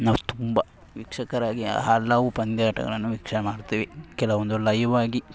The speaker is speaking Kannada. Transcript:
ನಾವು ತುಂಬ ವೀಕ್ಷಕರಾಗಿ ಹಲವು ಪಂದ್ಯಾಟಗಳನ್ನು ವೀಕ್ಷಣೆ ಮಾಡ್ತೀವಿ ಕೆಲವೊಂದು ಲೈವಾಗಿ